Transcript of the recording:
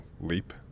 leap